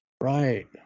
right